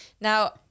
Now